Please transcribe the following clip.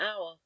hour